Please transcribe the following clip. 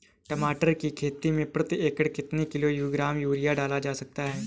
टमाटर की खेती में प्रति एकड़ कितनी किलो ग्राम यूरिया डाला जा सकता है?